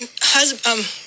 husband